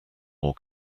more